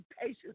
patience